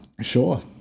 Sure